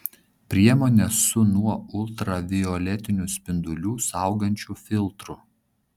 priemonės su nuo ultravioletinių spindulių saugančiu filtru